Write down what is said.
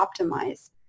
optimize